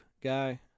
guy